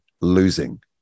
losing